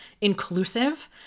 inclusive